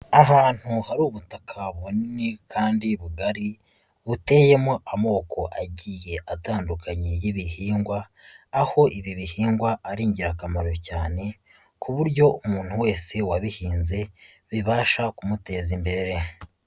Ahantu hari ubutaka bunini kandi bugari, buteyemo amoko agiye atandukanye y'ibihingwa, aho ibi bihingwa ari ingirakamaro cyane, ku buryo umuntu wese wabihinze, bibasha kumuteza imbere.